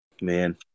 man